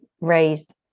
raised